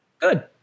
good